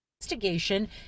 investigation